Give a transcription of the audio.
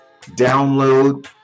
download